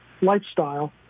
lifestyle